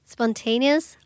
Spontaneous